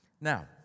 Now